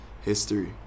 history